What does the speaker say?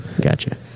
gotcha